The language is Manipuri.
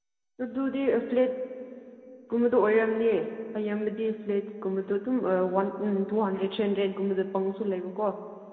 ꯑꯗꯨꯗꯤ ꯐ꯭ꯂꯦꯠꯀꯨꯝꯕꯗꯣ ꯑꯣꯏꯔꯝꯅꯤ ꯑꯌꯥꯝꯕꯗꯤ ꯐ꯭ꯂꯦꯠꯀꯨꯝꯕꯗꯣ ꯑꯗꯨꯝ ꯇꯨ ꯍꯟꯗ꯭ꯔꯦꯗ ꯊ꯭ꯔꯤ ꯍꯟꯗ꯭ꯔꯦꯗꯒꯨꯝꯕꯗ ꯐꯪꯕꯁꯨ ꯂꯩꯌꯦꯕꯀꯣ